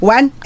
One